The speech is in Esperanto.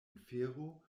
infero